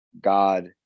God